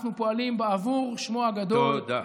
אנחנו פועלים בעבור שמו הגדול, תודה.